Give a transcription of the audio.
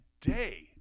day